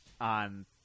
on